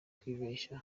kwibeshya